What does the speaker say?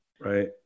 right